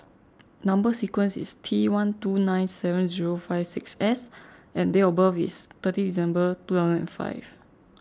Number Sequence is T one two nine seven zero five six S and date of birth is thirty December two thousand and five